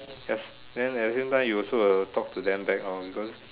just then at the same time you also will talk to them back hor because